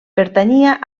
pertanyia